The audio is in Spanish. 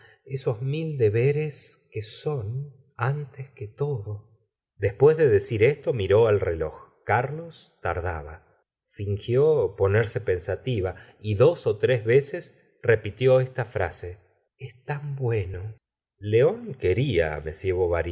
esos mil deberes que son antes que todo después de decir esto miró al reloj carlos tardaba fingió ponerse pensativa y dos ó tres veces repitió esta frase la señora de bovary gustavo flaubert es tan bueno león quería